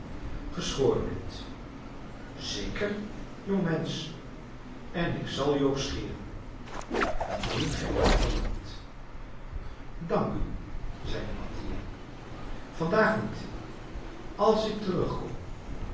geschoren hebt zeker jongmensch en ik zal u ook scheren indien gij dat verlangt dank u zeide mattia vandaag niet als ik terugkom